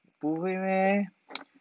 不会 meh